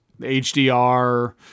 HDR